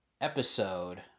episode